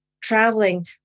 traveling